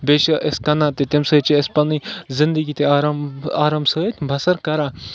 بیٚیہِ چھِ أسۍ کٕنان تہِ تَمہِ سۭتۍ چھِ أسۍ پَنٕنۍ زندگی تہِ آرام آرام سۭتۍ بَسر کران